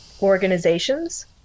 organizations